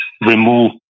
remove